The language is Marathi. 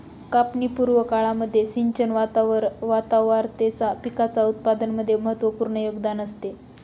कापणी पूर्व काळामध्ये सिंचन वारंवारतेचा पिकाच्या उत्पादनामध्ये महत्त्वपूर्ण योगदान असते